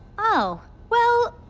oh. well.